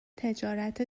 تجارت